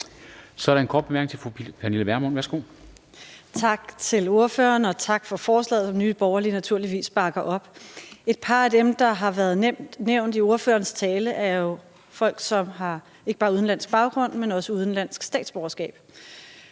Så er der en kort bemærkning til fru Pernille Vermund. Værsgo. Kl. 19:47 Pernille Vermund (NB): Tak til ordføreren, og tak for forslaget, som Nye Borgerlige naturligvis bakker op. Et par af dem, der har været nævnt i ordførerens tale, er jo folk, som ikke bare har udenlandsk baggrund, men også udenlandsk statsborgerskab.